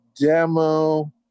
demo